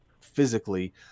physically